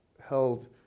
held